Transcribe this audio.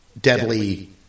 deadly